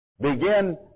Begin